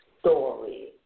story